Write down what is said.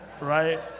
Right